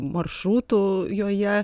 maršrutų joje